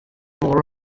more